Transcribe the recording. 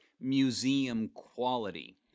museum-quality